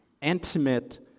intimate